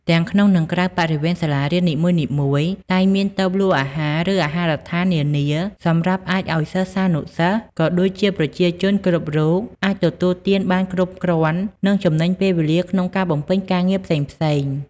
ទាំងក្នុងនិងក្រៅបរិវេនសាលារៀននីមួយៗ តែងមាន តូបលក់អាហារឫអាហារដ្ឋាននានា សម្រាប់អាចឱ្យសិស្សានុសិស្សក៏ដូចជាប្រជាជនគ្រប់រូបអាចទទួលទានបានគ្រប់គ្រាន់និងចំណេញពេលក្នុងការបំពេញការងារផ្សេងៗ។